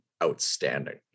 outstanding